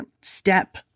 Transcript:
step